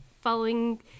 following